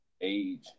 age